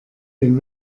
den